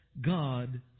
God